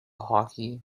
hockey